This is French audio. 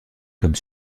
comme